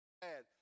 bad